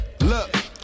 Look